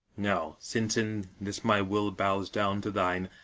now, since in this my will bows down to thine,